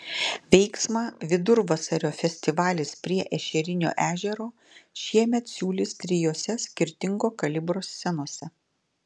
veiksmą vidurvasario festivalis prie ešerinio ežero šiemet siūlys trijose skirtingo kalibro scenose